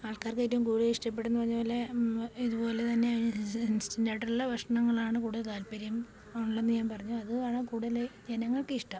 ആൾക്കാർക്കേറ്റവും കൂടുതൽ ഇഷ്ടപ്പെടുന്നു പറഞ്ഞപോലെ ഇതുപോലെ തന്നെ ഇൻസ്റ്റൻറ്റായിട്ടുള്ള ഭക്ഷണങ്ങളാണ് കൂടുതൽ താല്പര്യം ഉള്ളതെന്നു ഞാൻ പറഞ്ഞു അതു കാരണം കൂടുതല് ജനങ്ങൾക്കിഷ്ടം